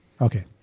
Okay